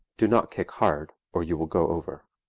do not kick hard or you will go over.